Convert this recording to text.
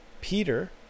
Peter